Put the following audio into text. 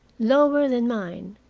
lower than mine,